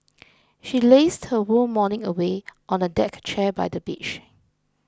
she lazed her whole morning away on a deck chair by the beach